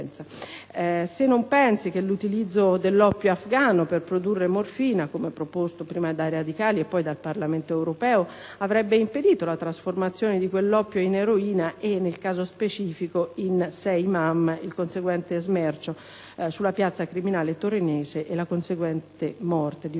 se non pensi che l'utilizzo dell'oppio afgano per produrre morfina - come proposto prima dai radicali poi dal Parlamento europeo - avrebbe impedito la trasformazione di quell'oppio in eroina e, nel caso specifico in «6-Mam», il conseguente smercio sulla piazza criminale torinese e la conseguente morte di 27